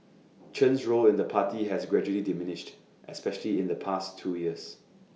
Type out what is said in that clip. Chen's role in the party has gradually diminished especially in the past two years